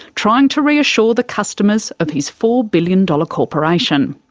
trying to reassure the customers of his four billion dollars corporation.